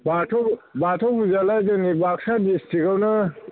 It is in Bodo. बाथौ बाथौ फुजायालाय जोंनि बाक्सा ड्रिस्टिकआवनो